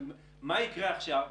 אבל מה יקרה עכשיו,